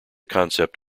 concept